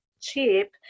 cheap